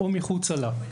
או מחוצה לה.